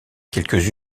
quelques